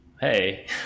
Hey